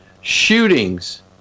shootings